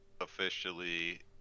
officially